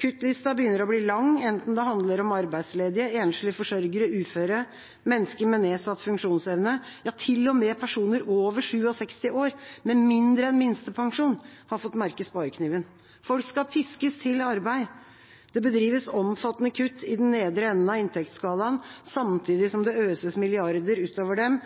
Kuttlista begynner å bli lang, enten det handler om arbeidsledige, enslige forsørgere, uføre eller mennesker med nedsatt funksjonsevne. Ja, til og med personer over 67 år, med mindre enn minstepensjon, har fått merke sparekniven. Folk skal piskes til arbeid. Det bedrives omfattende kutt i den nedre enden av inntektsskalaen, samtidig som det øses milliarder ut over dem